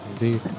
Indeed